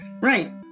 Right